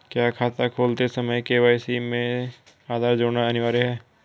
क्या खाता खोलते समय के.वाई.सी में आधार जोड़ना अनिवार्य है?